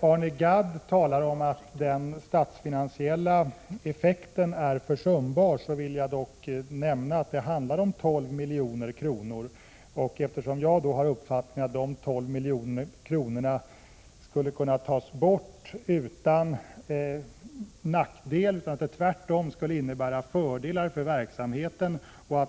Arne Gadd sade att den statsfinansiella effekten är försumbar, men jag vill nämna att det ändå handlar om 12 milj.kr. Jag har den uppfattningen att dessa 12 milj.kr. utan nackdel skulle kunna tas bort. Det skulle innebära fördelar med tanke på verksamheten,